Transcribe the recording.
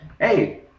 hey